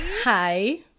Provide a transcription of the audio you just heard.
Hi